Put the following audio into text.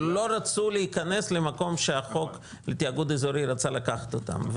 לא רצו להיכנס למקום שהחוק לתיאגוד אזורי רצה לקחת אותם,